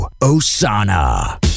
Osana